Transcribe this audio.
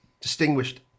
distinguished